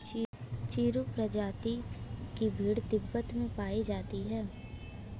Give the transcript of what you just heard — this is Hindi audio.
चिरु प्रजाति की भेड़ तिब्बत में पायी जाती है